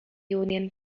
union